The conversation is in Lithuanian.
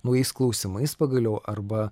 naujais klausimais pagaliau arba